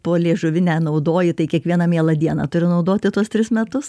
poliežuvinę naudoji tai kiekvieną mielą dieną turi naudoti tuos tris metus